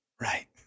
Right